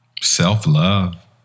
Self-love